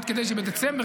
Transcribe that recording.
עד כדי כך שבדצמבר,